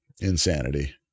insanity